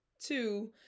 Two